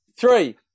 Three